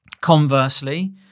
Conversely